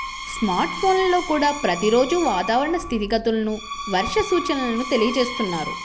smart ఫోన్లల్లో కూడా ప్రతి రోజూ వాతావరణ స్థితిగతులను, వర్ష సూచనల తెలియజేస్తున్నారు